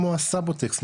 כמו הסבוטקס,